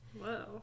Whoa